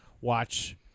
watch